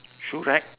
shoe rack